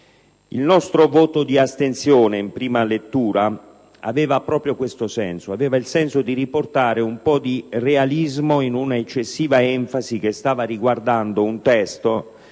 Il nostro voto di astensione in prima lettura aveva proprio il senso di riportare un po' di realismo in una eccessiva enfasi che stava riguardando un testo